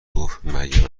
گفتمریم